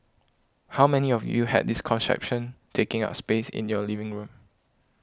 how many of you had this contraption taking up space in your living room